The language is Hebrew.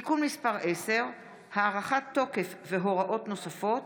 (תיקון מס' 10) (הארכת תוקף והוראות נוספות),